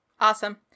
Awesome